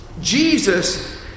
Jesus